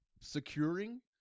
securing